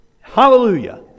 Hallelujah